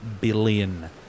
billion